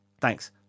thanks